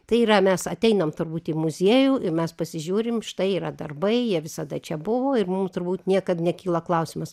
tai yra mes ateinam turbūt į muziejų i mes pasižiūrim štai yra darbai jie visada čia buvo ir mum turbūt niekad nekyla klausimas